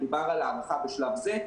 מדובר על הערכה בשלב זה,